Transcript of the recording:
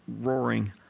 roaring